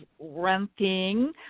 renting